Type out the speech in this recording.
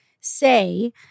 say